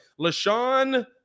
LaShawn